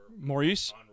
Maurice